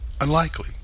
Unlikely